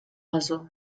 jaso